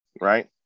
right